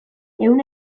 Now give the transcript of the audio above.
ehun